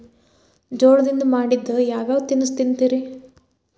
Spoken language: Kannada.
ಜೋಳದಿಂದ ಮಾಡಿದ ಯಾವ್ ಯಾವ್ ತಿನಸು ತಿಂತಿರಿ?